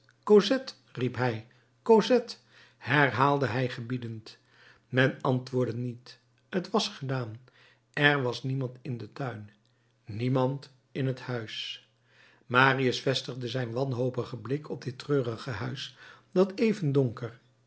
cosette riep hij cosette herhaalde hij gebiedend men antwoordde niet t was gedaan er was niemand in den tuin niemand in het huis marius vestigde zijn wanhopigen blik op dit treurig huis dat even donker